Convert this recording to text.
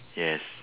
yes